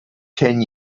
ten